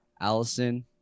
Allison